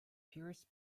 pierce